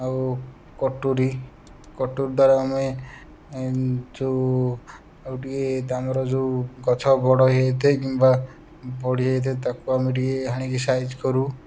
ଆଉ କଟୁରୀ କଟୁରୀ ଦ୍ଵାରା ଆମେ ଯେଉଁ ଆଉ ଟିକେ ତାଙ୍କର ଯେଉଁ ଗଛ ବଡ଼ ହୋଇଯାଇଥାଏ କିମ୍ବା ପଡ଼ିଯାଇଥାଏ ତାକୁ ଆମେ ଟିକେ ହାଣିକି ସାଇଜ୍ କରୁ